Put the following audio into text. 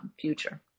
future